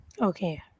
Okay